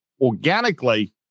organically